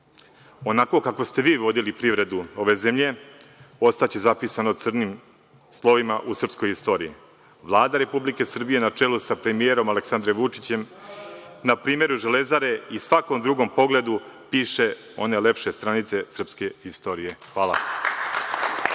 Onako kako ste vi vodili privredu ove zemlje ostaće zapisano crnim slovima u srpskoj istoriji. Vlada Republike Srbije, na čelu sa premijerom Aleksandrom Vučićem, na primeru „Železare“ i u svakom drugom pogledu piše one lepše stranice srpske istorije. Hvala.